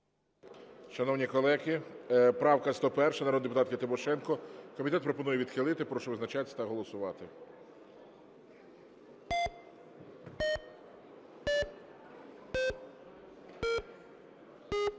Шановні колеги, правка 101 народної депутатки Тимошенко. Комітет пропонує відхилити. Прошу визначатись та голосувати.